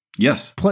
Yes